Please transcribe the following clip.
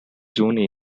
zone